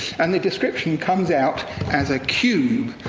and the description comes out as a cube.